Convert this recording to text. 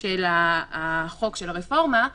של החוק, של הרפורמה,